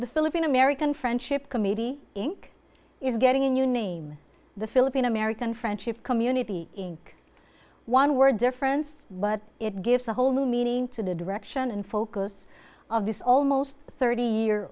the philippine american friendship committee inc is getting a new name the philippine american friendship community in one word difference but it gives a whole new meaning to the direction and focus of this almost thirty year